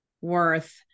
Worth